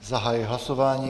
Zahajuji hlasování.